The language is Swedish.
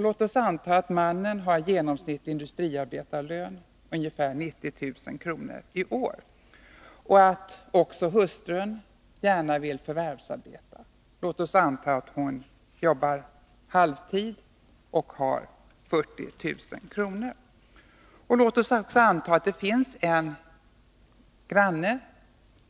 Låt oss anta att mannen har en genomsnittlig industriarbetarlön, ungefär 90 000 kr. i år, och att också hustrun gärna vill förvärvsarbeta. Låt oss anta att hon jobbar halvtid och har 40 000 kr. i inkomst. Låt oss också anta att det finns en granne